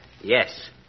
Yes